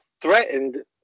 threatened